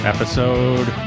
Episode